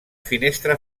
finestra